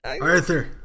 Arthur